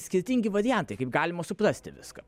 skirtingi variantai kaip galima suprasti viską